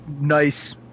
nice